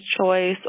choice